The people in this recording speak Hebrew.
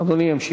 אדוני ימשיך.